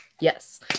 Yes